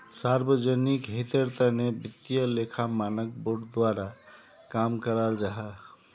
सार्वजनिक हीतेर तने वित्तिय लेखा मानक बोर्ड द्वारा काम कराल जाहा